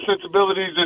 sensibilities